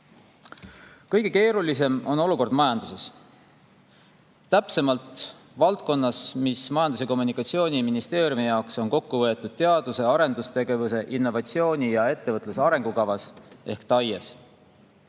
Kõige keerulisem on olukord majanduses, täpsemalt valdkonnas, mis Majandus- ja Kommunikatsiooniministeeriumi jaoks on kokku võetud teadus- ja arendustegevuse, innovatsiooni ja ettevõtluse arengukavas ehk TAIE‑s.